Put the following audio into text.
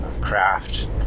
craft